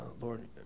Lord